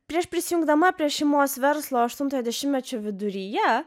prieš prisijungdama prie šeimos verslo aštuntojo dešimtmečio viduryje